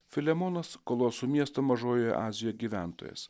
filemonas koloso miesto mažojoj azijoj gyventojas